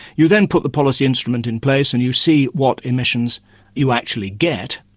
you then put the policy instrument in place and you see what emissions you actually get,